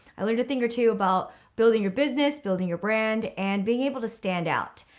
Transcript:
i learned a thing or two about building your business, building your brand and being able to stand out.